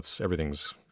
everything's